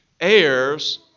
heirs